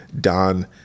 Don